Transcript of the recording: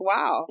Wow